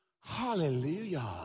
Hallelujah